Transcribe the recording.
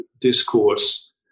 discourse